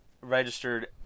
registered